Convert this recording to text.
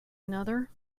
another